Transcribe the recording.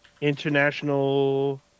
international